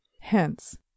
Hence